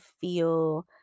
feel